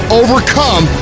overcome